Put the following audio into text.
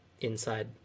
inside